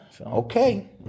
Okay